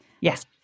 Yes